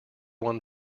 won